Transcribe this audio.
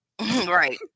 right